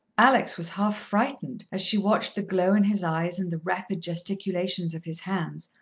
alex was half frightened, as she watched the glow in his eyes and the rapid gesticulations of his hands,